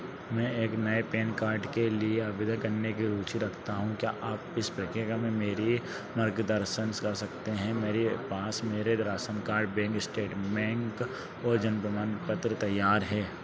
मैं एक नए पैन कार्ड के लिए आवेदन करने के रुचि रखता हूँ क्या आप इस प्रक्रिया में मेरी मार्गदर्शन कर सकते हैं मेरे पास मेरे राशन कार्ड बैंक स्टेटमेंट और जन्म प्रमाण पत्र तैयार है